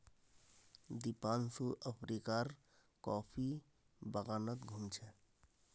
दीपांशु अफ्रीकार कॉफी बागानत घूम छ